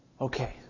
Okay